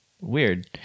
Weird